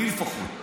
אני לפחות,